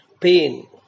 pain